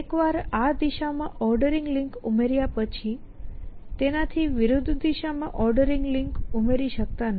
એકવાર આ દિશા માં ઓર્ડરિંગ લિંક ઉમેર્યા પછી તેના થી વિરુદ્ધ દિશા માં ઓર્ડરિંગ લિંક ઉમેરી શકતા નથી